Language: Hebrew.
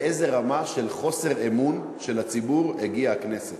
לאיזו רמה של חוסר אמון בציבור הגיעה הכנסת.